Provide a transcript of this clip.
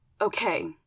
Okay